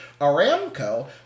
Aramco